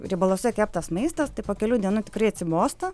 riebaluose keptas maistas tai po kelių dienų tikrai atsibosta